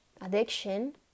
addiction